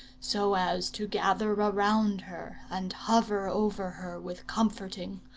so as to gather around her, and hover over her with comforting,